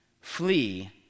flee